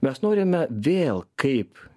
mes norime vėl kaip